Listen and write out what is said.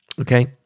okay